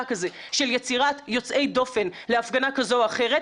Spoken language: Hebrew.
הזה של יצירת יוצאי דופן להפגנה כזו או אחרת,